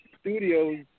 Studios